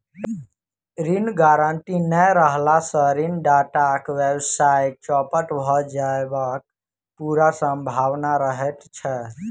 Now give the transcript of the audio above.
ऋण गारंटी नै रहला सॅ ऋणदाताक व्यवसाय चौपट भ जयबाक पूरा सम्भावना रहैत छै